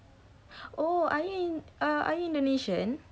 oh are you are you indonesian